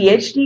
PhD